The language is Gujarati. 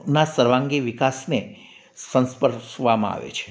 નાં સર્વાંગી વિકાસને સંસ્પર્શવામાં આવે છે